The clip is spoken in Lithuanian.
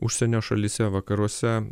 užsienio šalyse vakaruose